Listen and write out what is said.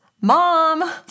Mom